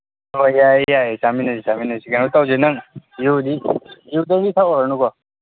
ꯍꯣꯏ ꯌꯥꯏꯌꯦ ꯌꯥꯏꯌꯦ ꯆꯥꯃꯤꯟꯅꯁꯤ ꯆꯥꯃꯤꯟꯅꯁꯤ ꯀꯩꯅꯣ ꯇꯧꯁꯦ ꯅꯪ ꯌꯨꯗꯤ ꯌꯨꯗꯪꯗꯤ ꯊꯛꯎꯔꯅꯨꯀꯣ